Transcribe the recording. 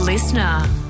Listener